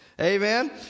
Amen